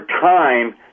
time